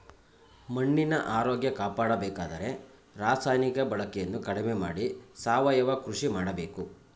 ಮಣ್ಣಿನ ಆರೋಗ್ಯ ಕಾಪಾಡಬೇಕಾದರೆ ರಾಸಾಯನಿಕ ಬಳಕೆಯನ್ನು ಕಡಿಮೆ ಮಾಡಿ ಸಾವಯವ ಕೃಷಿ ಮಾಡಬೇಕು